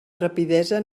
rapidesa